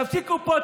תפסיקו פה.